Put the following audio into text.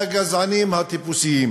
מהגזענים הטיפוסיים.